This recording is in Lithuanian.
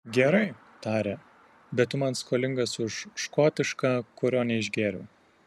gerai tarė bet tu man skolingas už škotišką kurio neišgėriau